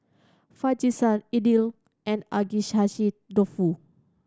Fajitas Idili and Agedashi Dofu